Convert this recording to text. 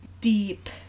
deep-